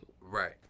Right